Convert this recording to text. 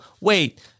wait